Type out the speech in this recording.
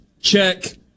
check